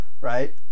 right